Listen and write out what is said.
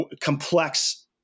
complex